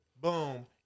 boom